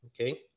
okay